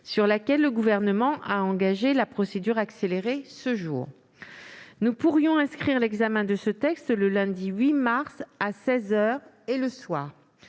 sur laquelle le Gouvernement a engagé la procédure accélérée ce jour. Nous pourrions inscrire l'examen de ce texte le lundi 8 mars, à seize heures et le soir.